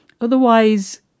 Otherwise